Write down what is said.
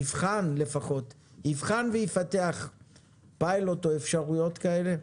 יבחן לפחות, יבחן ויפתח פיילוט או אפשרויות כאלה?